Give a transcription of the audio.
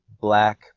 black